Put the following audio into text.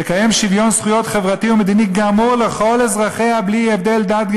תקיים שוויון זכויות חברתי ומדיני גמור לכל אזרחיה בלי הבדל דת,